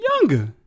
younger